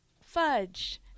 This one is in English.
fudge